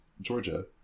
Georgia